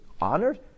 honored